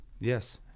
Yes